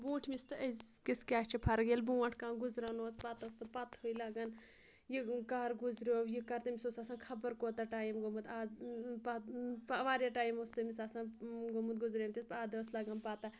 برونٛٹھمِس تہٕ أزکِس کیاہ چھِ فرق ییٚلہِ برونٛٹھ کانٛہہ گُزران اوس پَتہٕ ٲس تہٕ پَتہے لَگَان یہِ کَر گُزرِیو یہِ کَر تٔمِس اوس آسان خبَر کُوٚتاہ ٹایِم گوٚمُت آز پَتہٕ واریاہ ٹایِم اوس تٔمِس آسان گوٚمُت گُزرَیٚمتِس اَدٕ ٲس لَگان پَتہ